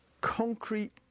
concrete